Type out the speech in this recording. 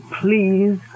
please